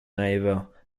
neighbor